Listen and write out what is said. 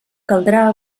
caldrà